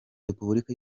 republika